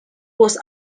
was